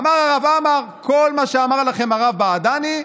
אמר הרב עמאר: כל מה שאמר לכם הרב בעדני,